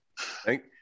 thank